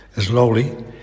slowly